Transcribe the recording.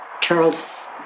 Charles